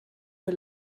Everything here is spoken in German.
für